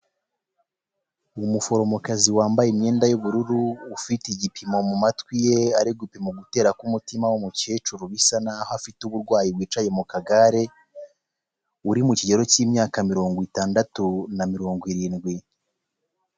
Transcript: Umuforomokazi wambaye imyenda y'ubururu, ufite igipimo mu matwi ye, ari gupima gutera k'umutima w'umukecuru, bisa naho afite uburwayi wicaye mu kagare, uri mu kigero cy'imyaka mirongo itandatu na mirongo irindwi.